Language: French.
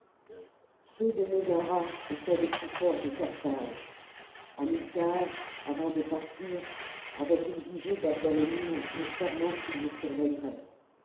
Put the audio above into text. ceux de mégara étaient les plus forts de carthage a milca avant de partir avait exigé d'abdalonim le serment qu'il les surveillerait